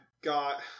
got